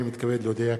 הנני מתכבד להודיע,